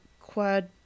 Quad